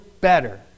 better